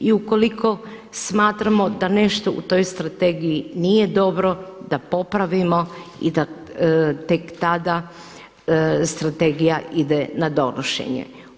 I ukoliko smatramo da nešto u toj strategiji nije dobro da popravimo i da tek tada strategija ide na donošenje.